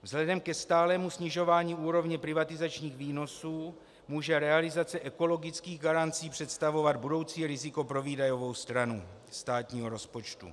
Vzhledem ke stálému snižování úrovně privatizačních výnosů může realizace ekologických garancí představovat budoucí riziko pro výdajovou stranu státního rozpočtu.